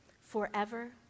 forever